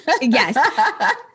Yes